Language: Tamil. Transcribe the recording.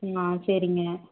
ஆமாம் சரிங்க